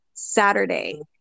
Saturday